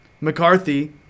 McCarthy